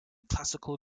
classical